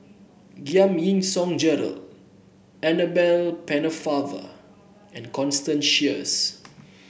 Giam Yean Song Gerald Annabel Pennefather and Constance Sheares